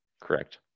Correct